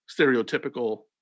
stereotypical